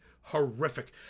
Horrific